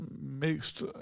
mixed